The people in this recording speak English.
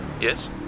Yes